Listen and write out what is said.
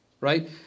right